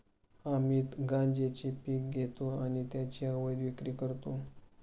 अमित गांजेचे पीक घेतो आणि त्याची अवैध विक्री करतो